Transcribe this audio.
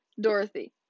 Dorothy